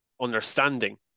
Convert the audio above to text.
understanding